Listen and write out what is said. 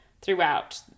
throughout